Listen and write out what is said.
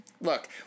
look